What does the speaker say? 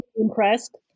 impressed